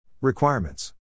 Requirements